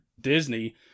Disney